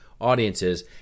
audiences